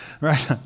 right